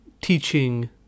teaching